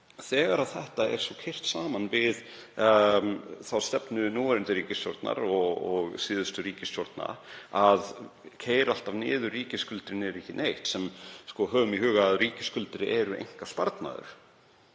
þegar þetta er svo keyrt saman við þá stefnu núverandi ríkisstjórnar og síðustu ríkisstjórna að keyra alltaf niður ríkisskuldir niður í ekki neitt — höfum í huga að ríkisskuldir eru einkasparnaður